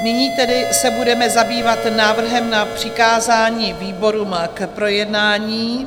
Nyní tedy se budeme zabývat návrhem na přikázání výborům k projednání.